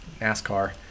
NASCAR